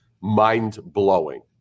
mind-blowing